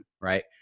right